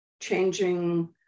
changing